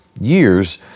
years